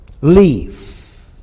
Leave